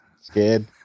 Scared